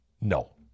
No